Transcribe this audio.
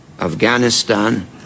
Afghanistan